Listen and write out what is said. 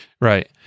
Right